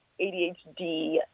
ADHD